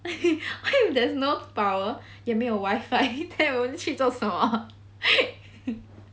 what if there's no power 也没有 wifi then 我就去做什么